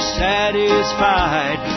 satisfied